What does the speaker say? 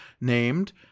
named